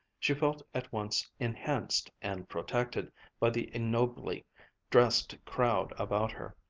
she felt at once enhanced and protected by the ignobly dressed crowd about her.